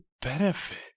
benefit